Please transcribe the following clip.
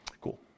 Cool